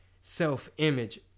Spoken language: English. self-image